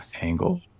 Angle